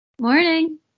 Morning